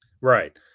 Right